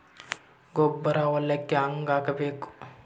ಗೊಬ್ಬರ ಹೊಲಕ್ಕ ಹಂಗ್ ಹಾಕಬೇಕು?